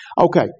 Okay